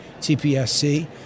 TPSC